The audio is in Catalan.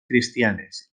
cristianes